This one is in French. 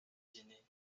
dîner